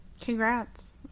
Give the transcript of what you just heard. Congrats